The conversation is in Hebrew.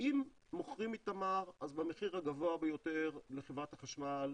אם מוכרים מתמר אז במחיר הגבוה ביותר לחברת החשמל,